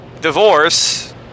divorce